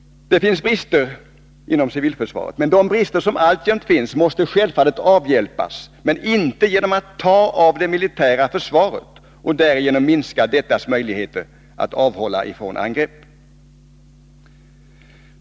De brister som alltjämt finns inom civilförsvaret måste självfallet avhjälpas, men inte genom att ta av det militära försvaret och därigenom minska dettas möjligheter att avhålla från angrepp.